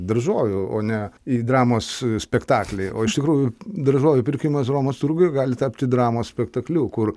daržovių o ne į dramos spektaklį o iš tikrųjų daržovių pirkimas romos turguje gali tapti dramos spektakliu kur